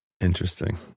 Interesting